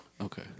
Okay